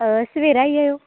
अ सबैह्रे आई जायो